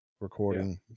recording